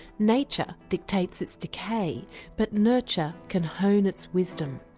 nature dictates its decay but nurture can hone its wisdom.